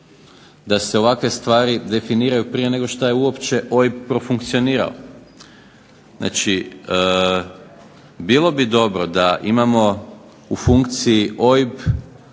da se ovakve stvari definiraju prije nego što je uopće OIB profunkcionirao. Znači, bilo bi dobro da imamo u funkciji OIB,